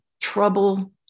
trouble